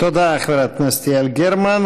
תודה, חברת הכנסת יעל גרמן.